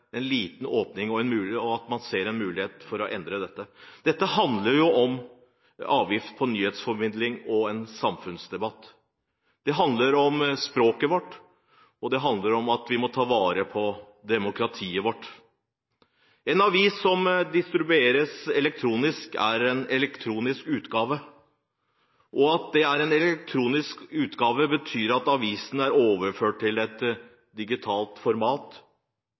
en liten åpning, og at man ser en mulighet for å endre dette. Dette handler om avgift på nyhetsformidling og samfunnsdebatt, det handler om språket vårt, og det handler om at vi må ta vare på demokratiet vårt. En avis som distribueres elektronisk, er en elektronisk utgave, og at det er en elektronisk utgave, betyr at avisen er overført til et digitalt format,